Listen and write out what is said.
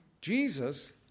Jesus